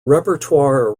repertoire